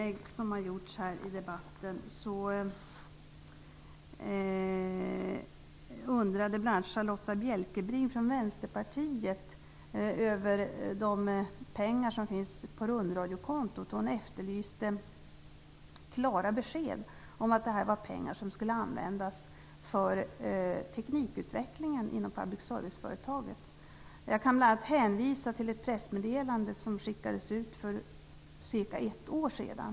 Det har även gjorts andra inlägg i den här debatten. Charlotta L Bjälkebring från Vänsterpartiet undrade över de pengar som finns på rundradiokontot. Hon efterlyste klara besked om att detta är pengar som skall användas för teknikutvecklingen inom public service-företaget. Jag kan bl.a. hänvisa till ett pressmeddelande som skickades ut för cirka ett år sedan.